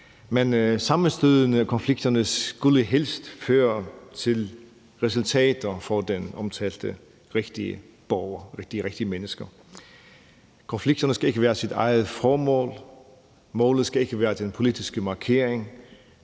Men sammenstødene og konflikterne skulle helst føre til resultater for den omtalte rigtige borgere, de rigtige mennesker. Konflikterne skal ikke have sit eget formål. Målet skal ikke være den politiske markering,